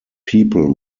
people